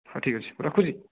ହେଉ ଠିକ ଅଛି ରଖୁଛି